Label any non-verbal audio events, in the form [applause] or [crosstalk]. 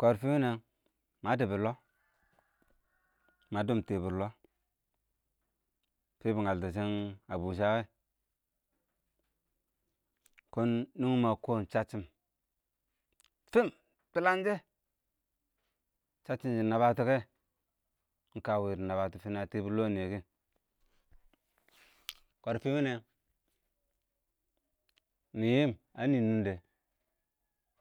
kɔrfɪ nɛn mə dɪbʊn ɪng lɔ, [noise] mə dʊm tɪ bɪr lɔɔ fɪbɪ ɪng ngəltʊ shɪn ɪng əbʊsə wɛ, [noise] kʊʊn nʊnghɪ mɪɪ ə kɔɔm səcchɪm fɪɪn ɪng tʊləngshɛ səcchɪm dɪ nəbətʊ kɛ ɪng kə wɪɪ dɪ nəbətɔ fɪɪ ə tɪbɪr lɔɔ nɪyɛ kɛ, [noise] kɔrfɪɪ wɪnɛn, nɪ yɪɪm ə nɪng nʊngdɛ